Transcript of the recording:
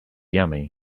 yummy